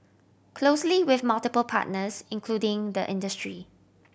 closely with multiple partners including the industry